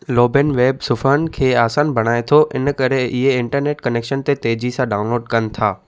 loband web सुफ़्हनि खे आसान बणाई थो इन करे इहे इंटरनेट कनेक्शन ते तेजी सां डाउनलोड कनि था